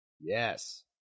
yes